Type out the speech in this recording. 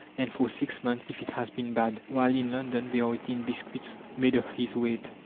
and for six months if it has been bad, while in london they are eating biscuits made of his wheat.